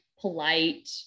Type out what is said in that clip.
polite